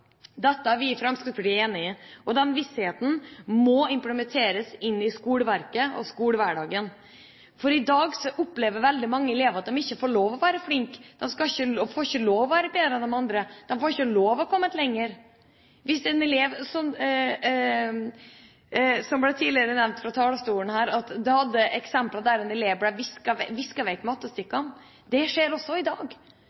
Dette er vi i Fremskrittspartiet enig i, og den vissheten må implementeres i skoleverket og skolehverdagen. I dag opplever veldig mange elever at de ikke får lov til å være flinke, og de får ikke lov til å være bedre enn de andre, de får ikke lov til å ha kommet lenger. Det ble tidligere nevnt fra talerstolen her et eksempel der en elev måtte viske vekk mattestykkene. Det skjer også i dag, det skjer også i dag at